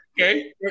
okay